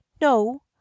no